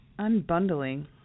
Unbundling